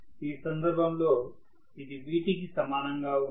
ఈ సందర్భంలో ఇది Vt కి సమానం గా ఉంది